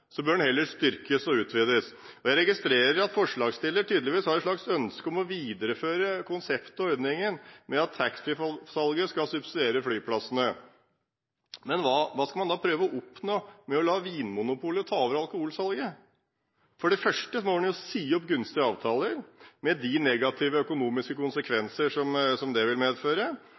bør den heller styrkes og utvides. Jeg registrerer at forslagsstillerne har et slags ønske om å videreføre konseptet i ordningen ved at taxfree-salget skal subsidiere flyplassene. Hva skal man da prøve å oppnå ved å la Vinmonopolet ta over alkoholsalget? For det første må en jo si opp gunstige avtaler med de negative økonomiske konsekvenser som det vil medføre,